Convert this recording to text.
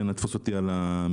אל תתפוס אותי על המילימטר,